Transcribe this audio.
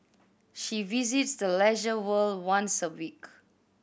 she visits the Leisure World once a week